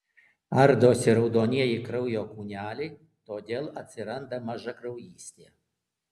ardosi raudonieji kraujo kūneliai todėl atsiranda mažakraujystė